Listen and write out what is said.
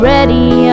Ready